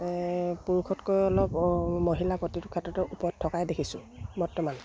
পুৰুষতকৈ অলপ মহিলা প্ৰতিটো ক্ষেত্ৰতে ওপৰত থকাই দেখিছোঁ বৰ্তমান